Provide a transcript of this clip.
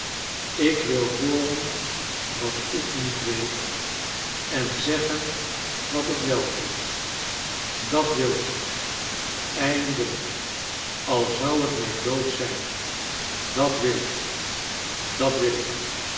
ik wil hooren wat ik niet weet en zeggen wat ik wel weet dat wil ik eindelijk al zou t mijn dood zijn dat wil ik dat wil ik